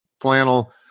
flannel